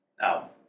Now